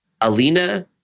Alina